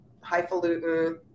highfalutin